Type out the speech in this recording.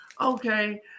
Okay